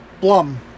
Blum